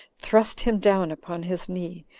thrust him down upon his knee,